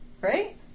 Right